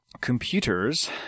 computers